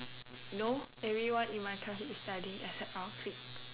no everyone in my class is studying except our clique